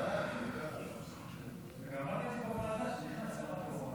כהצעת הוועדה עם ההסתייגות שנתקבלה, נתקבל.